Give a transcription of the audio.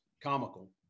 comical